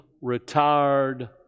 retired